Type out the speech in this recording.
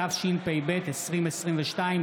התשפ"ב 2022,